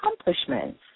accomplishments